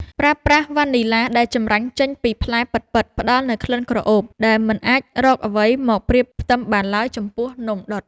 ប្រើប្រាស់វ៉ានីឡាដែលចម្រាញ់ចេញពីផ្លែពិតៗផ្ដល់នូវក្លិនក្រអូបដែលមិនអាចរកអ្វីមកប្រៀបផ្ទឹមបានឡើយចំពោះនំដុត។